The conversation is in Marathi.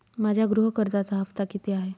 माझ्या गृह कर्जाचा हफ्ता किती आहे?